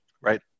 Right